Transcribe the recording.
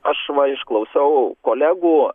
aš va išklausiau kolegų